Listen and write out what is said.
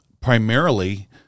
primarily